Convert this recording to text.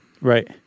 Right